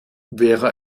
wäre